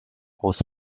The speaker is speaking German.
aus